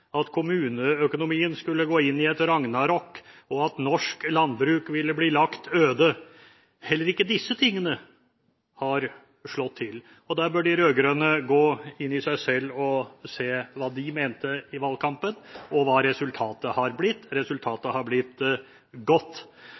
at kommuneøkonomien skulle gå inn i et ragnarok, og at norsk landbruk ville bli lagt øde. Heller ikke disse tingene har slått til, og der bør de rød-grønne gå i seg selv og se hva de mente i valgkampen, og hva resultatet har blitt. Resultatet har blitt godt.